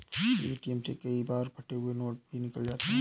ATM से कई बार फटे हुए नोट भी निकल जाते हैं